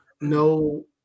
no